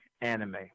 anime